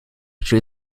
drew